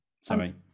sorry